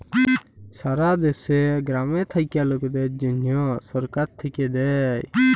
সারা দ্যাশে গ্রামে থাক্যা লকদের জনহ সরকার থাক্যে দেয়